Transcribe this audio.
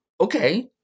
Okay